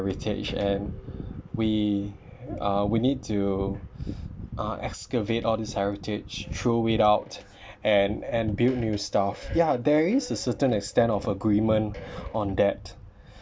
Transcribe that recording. heritage and we uh we need to uh excavate all these heritage throw it out and and build new stuff ya there is a certain extent of agreement on that